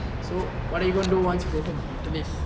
so what are you going to once you go home after this